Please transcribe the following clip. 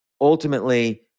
ultimately